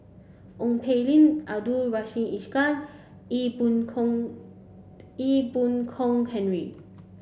Ong Poh Lim Abdul Rahim Ishak Ee Boon Kong Ee Boon Kong Henry